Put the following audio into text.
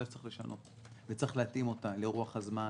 שצריך לשנות וצריך להתאים אותה לרוח הזמן,